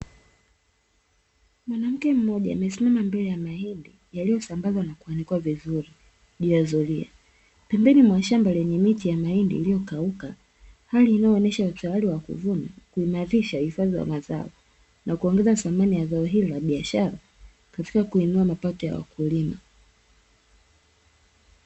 Mwanamke mmoja amesimama mbele ya mahindi yalioyosambazwa na kuanikwa vizuri bila zuria, pembeni mwa shamba yenye miti ya mahindi iliokauka hali inayoonyesha utayari wa kuvuna na kuimadhisha huhifadhi wa mazao. Kuongeza thamani ya zao hilo la biashara katika kuinua mapato ya wakulima.